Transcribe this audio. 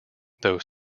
though